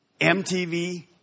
MTV